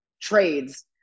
Trades